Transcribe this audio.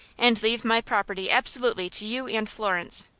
and leave my property absolutely to you and florence.